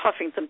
Huffington